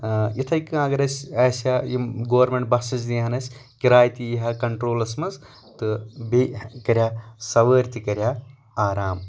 اِتھے کٔنۍ اَگر اَسہِ آسہٕ ہا یِم گورنمینٛٹ بسٕز دِہن اَسہِ یِم کِراے تہِ یی ہا کَنٹرولَس منٛز تہٕ بیٚیہِ کَرِ ہا سوٲرۍ تہِ کَر ہا آرام